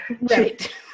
Right